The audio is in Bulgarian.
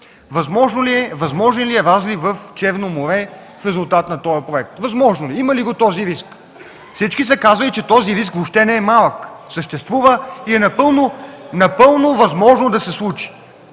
възможен ли е разлив в Черно море в резултат на този проект? – Възможно е. Има ли го този риск? Всички казали, че този риск въобще не е малък, съществува и е напълно възможно да се случи.